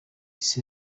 isi